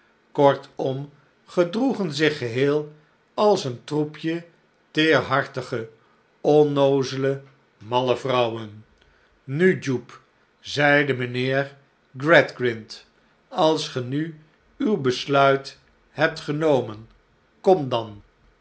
kortom gedroegen zich geheel als een troepje teerhartige onnoozele malle vrouwen nu jupe zeide mijnheer gradgrind als ge nu uw besluit hebt genomen kom dan